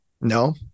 No